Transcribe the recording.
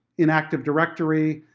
in active directory,